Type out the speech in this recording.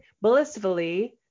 blissfully